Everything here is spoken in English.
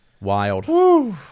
wild